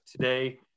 today